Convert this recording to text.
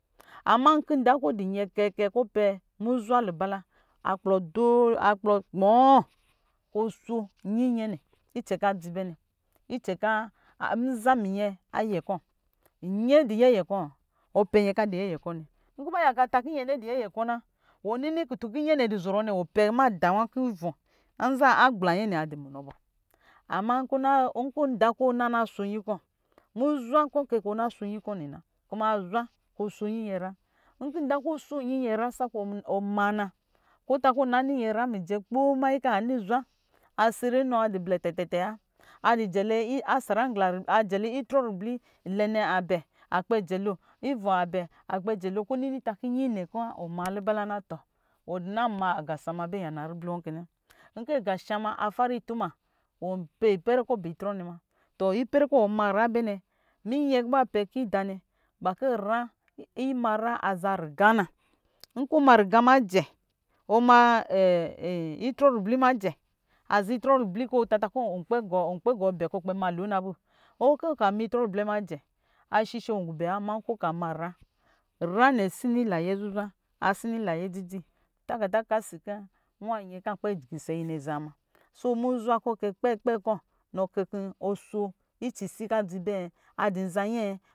Ama nkɔ ava kɔ ɔ do nye kɛkɛ kɔ ɔpɛ muzwa lubala akplɔ kpɔɔ kɔ ɔ sho nyi yɛnɛ icɛ kɔ adzi bɛ nɛ icɛ nza muyɛ yɛ kɔ yɛ dɔ yɛyɛ kɔ ɔpɛ nyɛ kɔ adu yɛyɛ kɔ nɛ nkɔ ba yaka ta kɔ yɛnɛ dɔ yɛyɛ kɔ na wɔ nini kutun kɔ yɛnɛ dɔ zɔrɔ nɛ wɔ pɛ mada wa kɔ ivɔ nza agbla yɛnɛ adu munɔ bɔ ama nda kɔ ɔna sho nyi kɔ muzwa kɔ ke kɔ ɔna sho nyi kɔ mena kuma kuma azwa kɔ ɔsho nyi nyɛ nyra nkɔ ɔsho nyi nyɛnyre sakɔ ɔma na kɔstakɔ wɔ nim nyinyra mijɛ kpoo nyi kɔ anɔ nyinyra asere mnɔ a dɔ blɛte tɛ wo a sharangla aribli ajɛ lo akpɛ gubɛ ivɔ akpɛ jɛlo auba kɔ ɔtakɔ nyinɛ kɔ onini kɔ ma luba la tɔ wɔ dɔ na ma aqa shama bɛ yana ribli wɔ kena nkɔ aqashama afara itumaa iwɔ pe ipɛrɛ kɔ ɔbɛ itrɔ wɔ nɛ ma tu pɛrɛ kɔ wɔ manyra bɛ nɛ munyɛ kɔ ba pɛ ka ina ne ba kɔ imanyra aza riga na nkɔ ɔma riga majɛ nkɔ ɔna itrɔ ribli majɛ aza itrɔ ribli ɔtata kɔ wɔ kpɛ gɔɔ gu bɛ kɔ ɔ kpel ma lo na bɔ nɔ ɔka me itrɔ ribli ma jɛ ashishe ɔngu bɛ wa ama nkɔ ɔka manyra nyra nɛ sini layɛ zuzwa asini layɛ dzidzi tagada kasi kɔ nyɛ kɔ a nyɛ kɔ akpɛ gisɛ yi nɛ aza ma so muzwa kɔ kɛ kpɛ kpɛ kɔ nɔ kɛ kɔ ɔsho isisi kɔ adzi bɛ adu nzayɛ.